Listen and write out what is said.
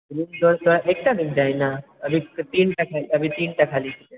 room तोरा एकटा room चाही न अभी तीनटा अभी तीनटा खाली छै